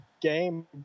game